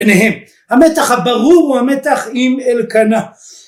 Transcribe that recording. ביניהם. המתח הברור הוא המתח עם אלקנה